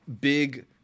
big